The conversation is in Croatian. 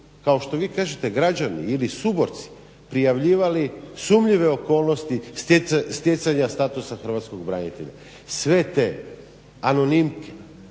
kao što vi kažete građani ili suborci prijavljivali sumnjive okolnosti stjecanja statusa hrvatskog branitelja. Sve te anonimke,